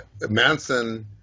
Manson